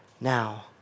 now